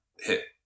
hit